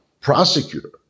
prosecutor